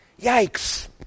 Yikes